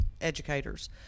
educators